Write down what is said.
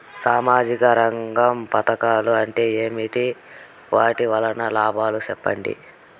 సామాజిక రంగం పథకాలు అంటే ఏమి? వాటి వలన లాభాలు సెప్పండి?